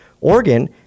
Oregon